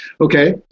Okay